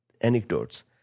anecdotes